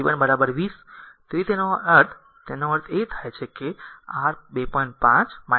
તેથી તેનો અર્થ તેનો અર્થ r 2